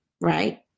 Right